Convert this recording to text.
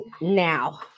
Now